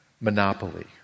Monopoly